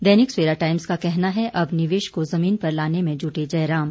दैनिक Savera Times का कहना है अब निवेश को जमीन पर लाने में जुटे जयराम